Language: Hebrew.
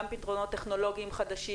גם פתרונות טכנולוגיים חדשים,